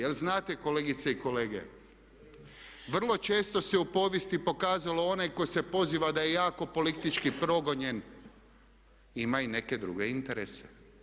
Jer znate kolegice i kolege, vrlo često se u povijesti pokazalo onaj koji se poziva da je jako politički progonjen ima i neke druge interese.